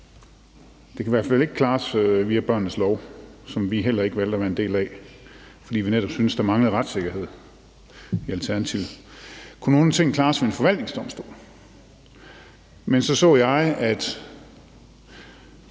Det kan i hvert fald ikke klares via barnets lov, som vi heller ikke valgte at være en del af, fordi vi i Alternativet netop syntes, at der manglede retssikkerhed. Så spørgsmålet er, om nogle ting så kunne klares ved en forvaltningsdomstol. Så så jeg, at